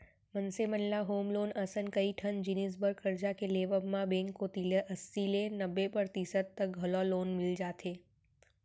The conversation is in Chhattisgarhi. मनसे मन ल होम लोन असन कइ ठन जिनिस बर करजा के लेवब म बेंक कोती ले अस्सी ले नब्बे परतिसत तक घलौ लोन मिल जाथे